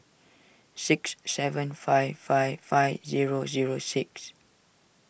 six seven five five five zero zero six